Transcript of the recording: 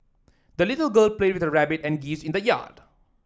the little girl played with her rabbit and geese in the yard